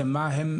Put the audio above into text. שמה,